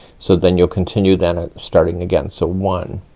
so then you'll continue then starting again. so one